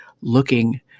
looking